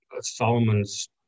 Solomon's